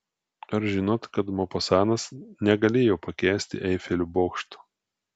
ar žinot kad mopasanas negalėjo pakęsti eifelio bokšto